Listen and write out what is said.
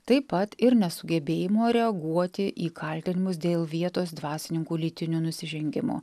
taip pat ir nesugebėjimo reaguoti į kaltinimus dėl vietos dvasininkų lytinių nusižengimų